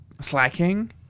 slacking